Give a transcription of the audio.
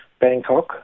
Bangkok